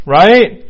right